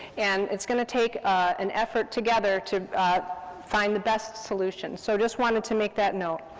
and it's going to take an effort together to find the best solutions, so just wanted to make that note.